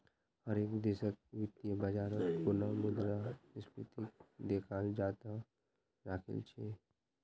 हर एक देशत वित्तीय बाजारत पुनः मुद्रा स्फीतीक देखाल जातअ राहिल छे